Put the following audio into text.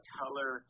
color